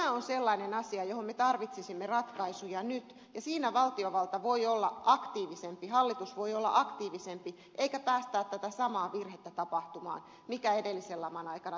tämä on sellainen asia johon me tarvitsisimme ratkaisuja nyt ja siinä valtiovalta voi olla aktiivisempi hallitus voi olla aktiivisempi eikä päästää tätä samaa virhettä tapahtumaan mikä edellisen laman aikana tapahtui mielenterveysongelmaisten kohdalla